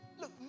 Look